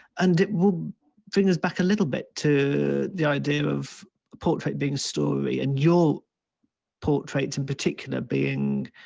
and it will bring us back a little bit to the idea of the portrait being story and your portraits in particular being,